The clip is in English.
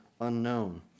unknown